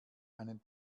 einen